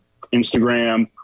instagram